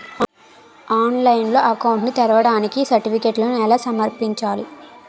ఆన్లైన్లో అకౌంట్ ని తెరవడానికి సర్టిఫికెట్లను ఎలా సమర్పించాలి?